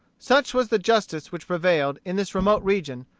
such was the justice which prevailed, in this remote region,